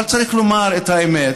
אבל צריך לומר את האמת,